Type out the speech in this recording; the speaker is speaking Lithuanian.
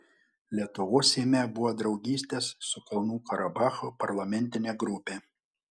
lietuvos seime buvo draugystės su kalnų karabachu parlamentinė grupė